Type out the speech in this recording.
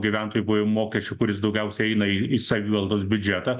gyventojų pajamų mokesčio kuris daugiausia eina į į savivaldos biudžetą